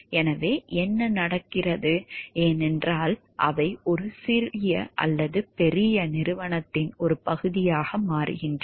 எனவே என்ன நடக்கிறது ஏனென்றால் அவை ஒரு பெரிய நிறுவனத்தின் ஒரு பகுதியாகும்